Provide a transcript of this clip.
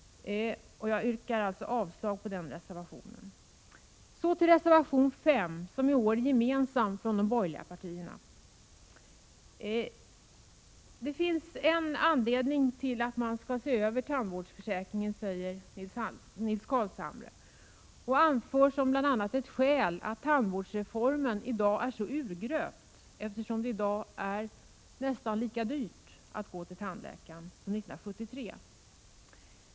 Jag yrkar avslag på den reservationen. Så till reservation 5, som i år är gemensam för de borgerliga partierna. Det finns en anledning till att man skall se över tandvårdsförsäkringen, säger Nils Carlshamre, och anför som ett skäl att tandvårdsreformen i dag är urgröpt, eftersom det nu är nästan lika dyrt att gå till tandläkaren som 1973.